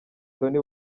tonny